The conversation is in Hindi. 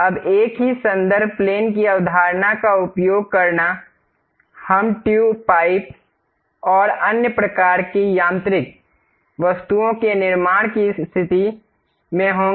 अब एक ही संदर्भ प्लेन की अवधारणा का उपयोग करना हम ट्यूब पाइप और अन्य प्रकार की यांत्रिक वस्तुओं के निर्माण की स्थिति में होंगे